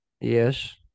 Yes